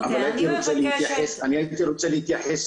אני מבקשת